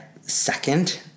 second